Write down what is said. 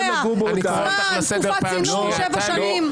הסיבה שזה ירד מארבעה לשלושה זה לא בגלל ששינינו,